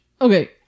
okay